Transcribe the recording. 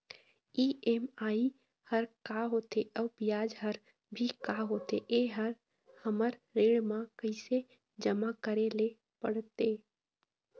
EMI हर का होथे अऊ ब्याज हर भी का होथे ये हर हमर ऋण मा कैसे जमा करे ले पड़ते?